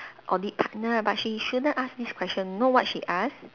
audit partner ah but she shouldn't asked this question you know what she ask